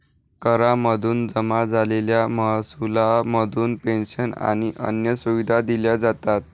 करा मधून जमा झालेल्या महसुला मधून पेंशन आणि अन्य सुविधा दिल्या जातात